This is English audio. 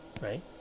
right